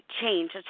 change